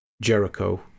Jericho